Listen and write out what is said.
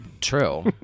true